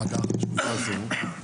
תודה רבה על קיום הישיבה הזו.